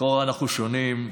לכאורה אנחנו שונים,